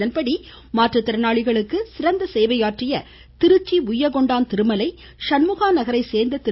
இதன்படி மாற்றுத் திறனாளிகளுக்கு சிறந்த சேவை ஆற்றிய திருச்சி உய்யகொண்டான் திருமலை சண்முகா நகரைச் சோ்ந்த திரு